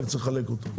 רק צריך לחלק אותו.